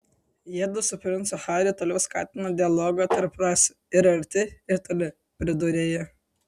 jiedu su princu harry toliau skatina dialogą tarp rasių ir arti ir toli pridūrė ji